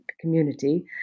community